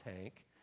tank